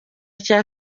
cya